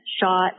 shot